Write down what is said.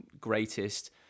greatest